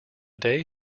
day